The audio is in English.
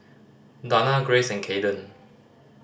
Dana Grace and Kayden